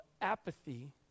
apathy